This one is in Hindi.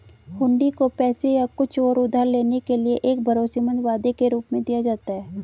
हुंडी को पैसे या कुछ और उधार लेने के एक भरोसेमंद वादे के रूप में दिया जाता है